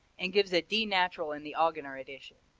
and gives a d natural in the augener edition.